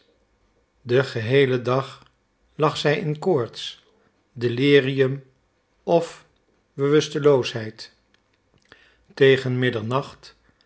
den geheelen dag lag zij in koorts delirium of bewusteloosheid tegen middernacht